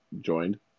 joined